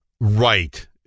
Right